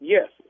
Yes